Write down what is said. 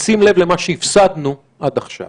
בשים לב למה שהפסדנו עד עכשיו.